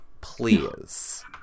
Please